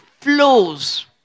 flows